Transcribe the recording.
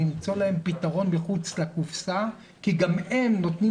למצוא להם פתרון מחוץ לקופסה כי גם הם נותנים